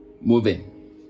moving